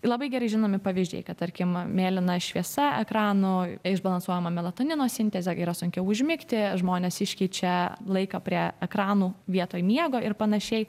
labai gerai žinomi pavyzdžiai kad tarkim mėlyna šviesa ekrano išbalansuoja melatonino sintezė yra sunkiau užmigti žmonės iškeičia laiką prie ekranų vietoj miego ir panašiai